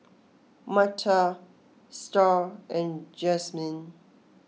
Martha Starr and Jazmin